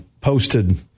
posted